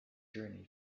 journey